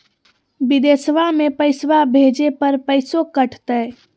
बिदेशवा मे पैसवा भेजे पर पैसों कट तय?